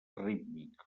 rítmic